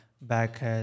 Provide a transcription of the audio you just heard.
Back